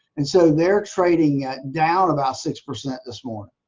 and so they're trading down about six percent this morning.